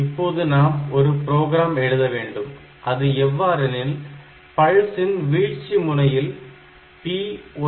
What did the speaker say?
இப்போது நாம் ஒரு புரோகிராம் எழுத வேண்டும் அது எவ்வாறெனில் பல்ஸ்சின் வீழ்ச்சி முனையில் P1